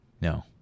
no